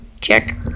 Check